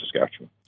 Saskatchewan